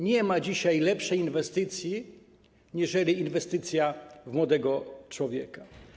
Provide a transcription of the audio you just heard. Nie ma dzisiaj lepszej inwestycji niżeli inwestycja w młodego człowieka.